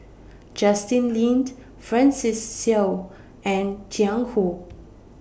Justin Lean Francis Seow and Jiang Hu